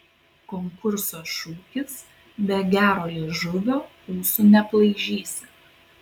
konkurso šūkis be gero liežuvio ūsų neaplaižysi